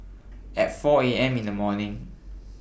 At four A M in The morning